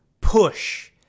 push